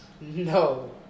No